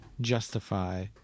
justify